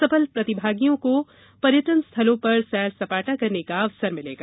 सफल प्रतिभागियों को पर्यटन स्थलों पर सैरसपाटा करने का अवसर मिलेगा